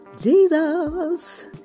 Jesus